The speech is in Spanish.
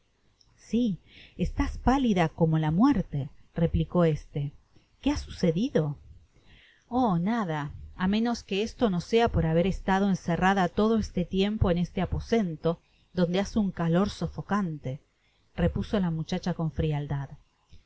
si estás pálida como la muertereplicó éste qué ha sucedido olí nada a menos que esto no sea por haber estado encerrada todo este tiempo en este aposento donde hace un calor sofocante repuso la muchacha con frialdad